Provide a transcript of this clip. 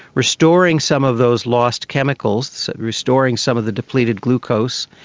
restoring some of those lost chemicals, restoring some of the depleted glucose,